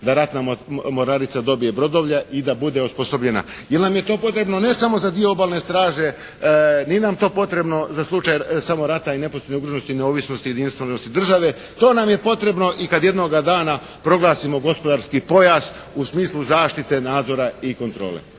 da ratna mornarica dobije brodovlje i da bude osposobljena. Jer nam je to potrebno ne samo za dio obalne straže. Nije nam to potrebno samo rata i neposredne ugroženosti i neovisnosti i jedinstvenosti države. To nam je potrebno i kad jednoga dana proglasimo gospodarski pojas u smislu zaštite nadzora i kontrole.